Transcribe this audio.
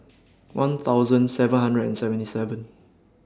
one thousand seven hundred and seventy seven